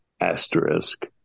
asterisk